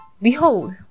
Behold